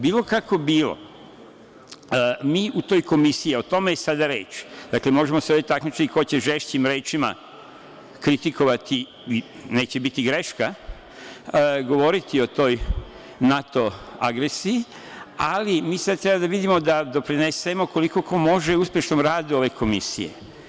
Bilo kako bilo, mi u toj komisiji, o tome je sada reč, dakle, možemo se ovde takmičiti ko će žešćim rečima kritikovati i neće biti greška govoriti o toj NATO agresiji, ali mi sad trebamo da vidimo da doprinesemo koliko ko može u uspešnom radu ove komisije.